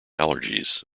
allergies